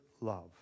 love